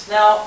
Now